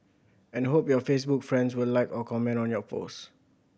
and hope your Facebook friends will like or comment on your post